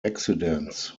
accidents